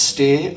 Stay